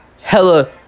hella